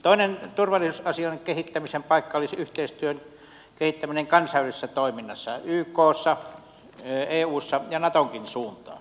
toinen turvallisuusasioiden kehittämisen paikka olisi yhteistyön kehittäminen kansainvälisessä toiminnassa ykssa eussa ja natonkin suuntaan